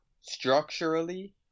structurally